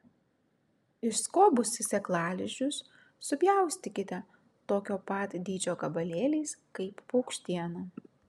išskobusi sėklalizdžius supjaustykite tokio pat dydžio gabalėliais kaip paukštieną